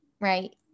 Right